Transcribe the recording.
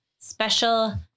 special